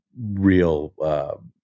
real